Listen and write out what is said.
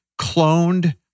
cloned